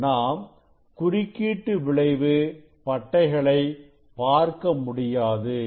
நாம் குறுக்கீட்டு விளைவு பட்டைகளை பார்க்கமுடியாது